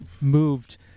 moved